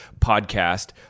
podcast